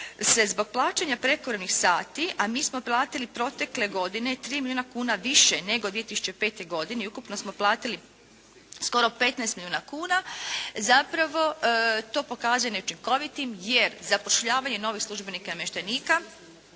zbog plaćanja prekovremenih sati, a mi smo platili protekle 3 milijuna kuna više nego 2005. godine i ukupno smo platili skoro 15 milijuna kuna, zapravo to pokazuje neučinkovitim, jer zapošljavanje novih službenika i namještenika